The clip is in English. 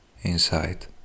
inside